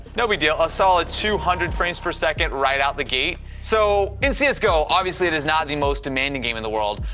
no, we do a ah solid two hundred frames per second right out the gate. so in cs go obviously it is not the most demanding game in the world.